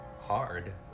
hard